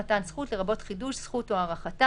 "מתן זכות" לרבות חידוש זכות או הארכתה,